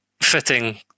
fitting